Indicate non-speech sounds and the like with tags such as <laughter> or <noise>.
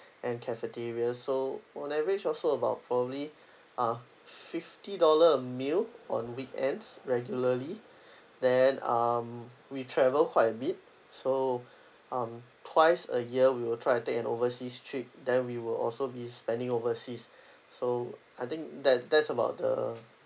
and cafeteria so on average also about probably uh fifty dollar a meal on weekends regularly <breath> then um we travel quite a bit so um twice a year we will try and take an overseas trip then we will also be spending overseas <breath> so I think that that's about the